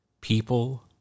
People